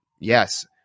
yes